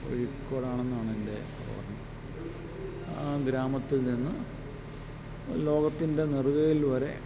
കോഴിക്കോടാണെന്നാണ് എൻ്റെ ഓർമ്മ ഗ്രാമത്തിൽ നിന്ന് ലോകത്തിൻ്റെ നെറുകയിൽ വരെ